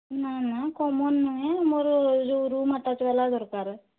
ନା ନା କମନ୍ ନୁହେଁ ମୋର ଯେଉଁ ରୁମ୍ ଆଟାଚ୍ ବାଲା ଦରକାର